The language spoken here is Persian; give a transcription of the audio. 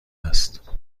است